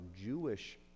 Jewish